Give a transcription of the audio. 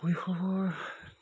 শৈশৱৰ